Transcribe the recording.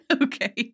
Okay